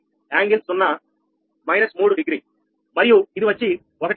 కోణం 0 3 డిగ్రీ మరియు ఇది వచ్చి 1